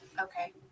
Okay